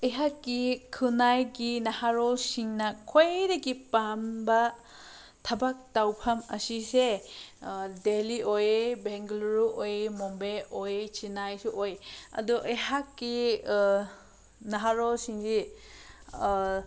ꯑꯩꯍꯥꯛꯀꯤ ꯈꯨꯟꯅꯥꯏꯒꯤ ꯅꯍꯥꯔꯣꯜꯁꯤꯡꯅ ꯈ꯭ꯋꯥꯏꯗꯒꯤ ꯄꯥꯝꯕ ꯊꯕꯛ ꯇꯧꯐꯝ ꯑꯁꯤꯁꯦ ꯗꯦꯜꯂꯤ ꯑꯣꯏ ꯕꯦꯡꯒꯂꯨꯔꯨ ꯑꯣꯏ ꯕꯣꯝꯕꯦ ꯑꯣꯏ ꯆꯦꯟꯅꯥꯏꯁꯨ ꯑꯣꯏ ꯑꯗꯣ ꯑꯩꯍꯥꯛꯀꯤ ꯅꯍꯥꯔꯣꯜꯁꯤꯡꯁꯦ